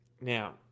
now